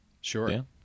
Sure